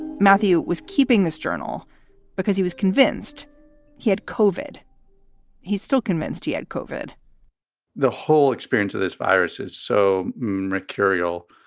matthew was keeping this journal because he was convinced he had covered he's still convinced he had covered the whole experience of this virus is so curial,